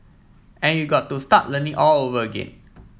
and you got to start learning all over again